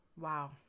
Wow